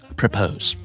propose